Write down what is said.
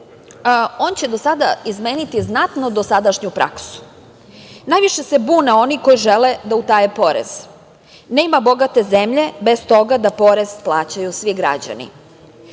on će do sada izmeniti znatno dosadašnju praksu. Najviše se bune oni koji žele da utaje porez. Nema bogate zemlje bez toga da porez plaćaju svi građani. Završila